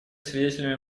свидетелями